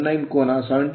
19 ಕೋನ 7